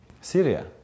Syria